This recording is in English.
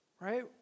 Right